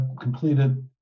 completed